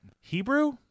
Hebrew